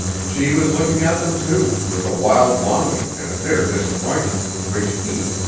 she was looking at them, too, with a wild longing and a bitter disappointment, which he,